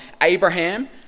Abraham